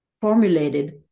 formulated